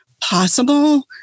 possible